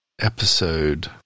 episode